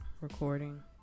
recording